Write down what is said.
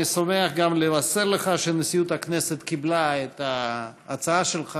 אני שמח גם לבשר לך שנשיאות הכנסת קיבלה את ההצעה שלך